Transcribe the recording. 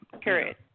Period